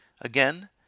again